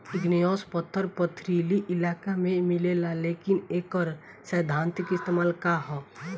Igneous पत्थर पथरीली इलाका में मिलेला लेकिन एकर सैद्धांतिक इस्तेमाल का ह?